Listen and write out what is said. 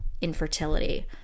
infertility